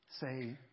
say